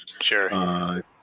Sure